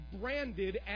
branded